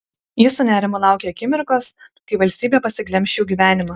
ji su nerimu laukė akimirkos kai valstybė pasiglemš jų gyvenimą